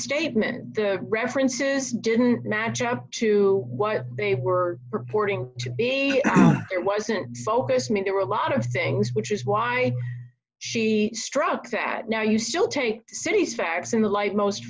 statement the references didn't match up to what they were purporting to be it wasn't focused me there were a lot of things which is why she struck that now you still take cities facts in the light most